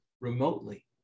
remotely